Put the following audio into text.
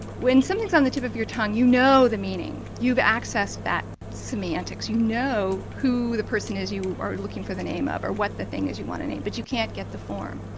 when something is on the tip of your tongue you know the meaning, you've accessed that semiotics, you know who the person is you are looking for the name of, of what the thing is you want to name but you can't get the form.